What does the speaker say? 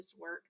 work